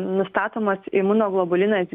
nustatomas imunoglobulinas